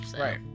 Right